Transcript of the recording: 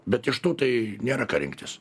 bet iš tų tai nėra ką rinktis